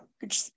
Good